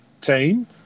team